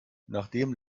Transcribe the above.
nachdem